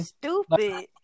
stupid